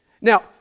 Now